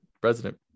president